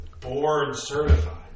board-certified